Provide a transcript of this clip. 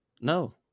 no